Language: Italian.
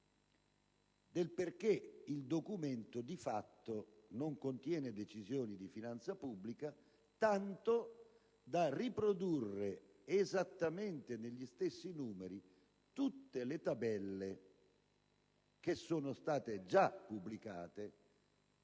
per cui il documento, di fatto, non contiene decisioni di finanza pubblica, tanto da riprodurre esattamente, negli stessi numeri, tutte le tabelle che sono state già pubblicate